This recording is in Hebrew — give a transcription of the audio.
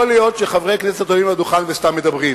יכול להיות שחברי הכנסת עולים לדוכן וסתם מדברים,